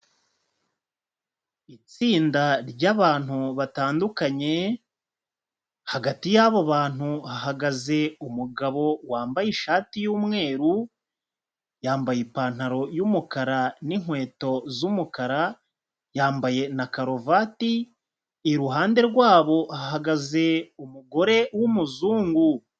Itsinda ry'abantu batandukanye, hagati y'abo bantu hahagaze umugabo wambaye ishati y'umweru, yambaye ipantaro y'umukara n'inkweto z'umukara yambaye na karuvati, iruhande rwabo hahagaze umugore w'umuzungu.